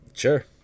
Sure